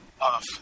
Off